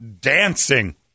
dancing